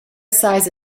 size